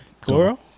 Goro